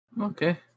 Okay